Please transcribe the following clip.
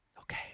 Okay